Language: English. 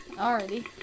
Already